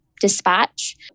dispatch